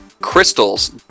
crystals